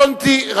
קטונתי.